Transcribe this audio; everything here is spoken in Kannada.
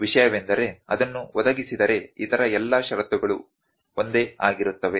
ವಿಷಯವೆಂದರೆ ಅದನ್ನು ಒದಗಿಸಿದರೆ ಇತರ ಎಲ್ಲ ಷರತ್ತುಗಳು ಒಂದೇ ಆಗಿರುತ್ತವೆ